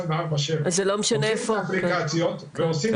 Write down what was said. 24/7. אז זה לא משנה איפה פותחים את האפליקציות ומהמרים